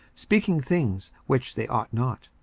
speaking things which they ought not.